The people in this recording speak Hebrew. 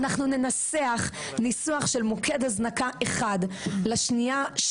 אנחנו ננסח ניסוח של מוקד הזנקה אחד לשנייה,